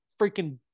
freaking